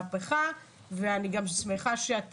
הצבא עבר מהפכה ואני שמחה שאת,